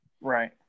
Right